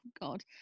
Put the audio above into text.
God